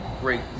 great